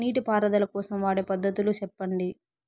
నీటి పారుదల కోసం వాడే పద్ధతులు సెప్పండి?